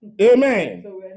Amen